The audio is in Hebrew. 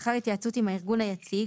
לאחר התייעצות עם הארגון היציג